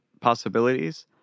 possibilities